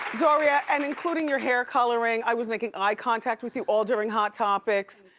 doria, and including your hair coloring, i was making eye contact with you all during hot topics.